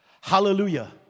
Hallelujah